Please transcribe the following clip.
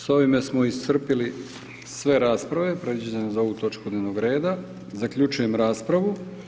S ovime smo iscrpili sve rasprave predviđene za ovu točku dnevnog reda, zaključujem raspravu.